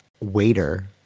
waiter